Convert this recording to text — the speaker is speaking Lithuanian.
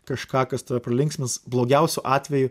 kažką kas tave pralinksmins blogiausiu atveju